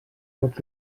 tots